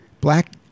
black